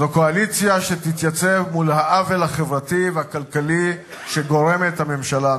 זו קואליציה שתתייצב מול העוול החברתי והכלכלי שגורמת הממשלה הנוכחית.